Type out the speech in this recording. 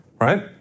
right